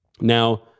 Now